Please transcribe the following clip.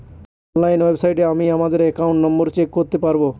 online ওয়েবসাইটে আমি আমাদের একাউন্ট নম্বর চেক করতে পারবো